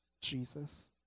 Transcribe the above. Jesus